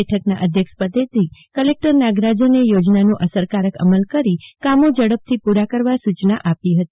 બેઠકના અધ્યક્ષપદેથી કલેકટર નાગરાજને થોજનાનો અસરકારક અમલ કરી કામો ઝડપથી પુરા કરવા સુચ્ગના આપી હતી